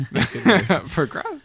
progress